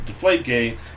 Deflategate